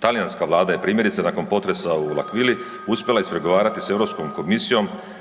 talijanska vlada je primjerice nakon potresa u L'Aquili uspjela ispregovarati s Europskom komisijom